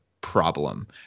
problem